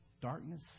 darkness